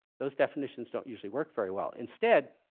those definitions don't usually work very well. instead,